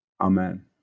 Amen